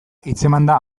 hitzemanda